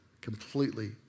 Completely